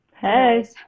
Hey